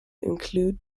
include